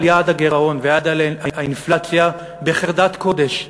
יעד הגירעון ויעד האינפלציה בחרדת קודש.